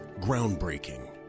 groundbreaking